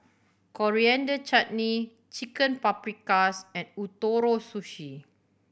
Coriander Chutney Chicken Paprikas and Ootoro Sushi